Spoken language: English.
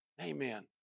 Amen